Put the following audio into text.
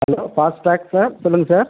hello Fastrack sir சொல்லுங்கள் sir